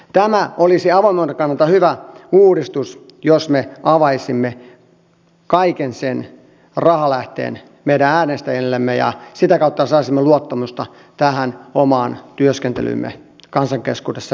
tämä olisi avoimuuden kannalta hyvä uudistus jos me avaisimme kaiken sen rahalähteen meidän äänestäjillemme ja sitä kautta saisimme luottamusta tähän omaan työskentelyymme kansan keskuudessa